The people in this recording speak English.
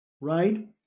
right